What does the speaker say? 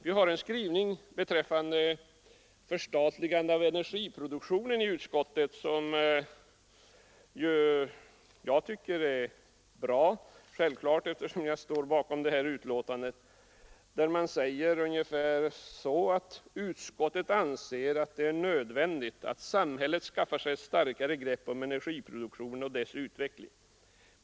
Vi har en skrivning beträffande förstatligande av energiproduktionen i utskottsbetänkandet som jag självfallet tycker är bra, eftersom jag står bakom betänkandet. Vi skriver: ”Utskottet anser att det är nödvändigt att samhället skaffar sig ett starkare grepp om energiproduktionen och dess utveckling.